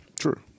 true